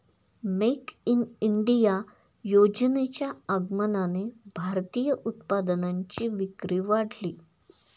make in India योजनेच्या आगमनाने भारतीय उत्पादनांची विक्री वाढली